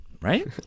Right